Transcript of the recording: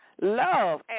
love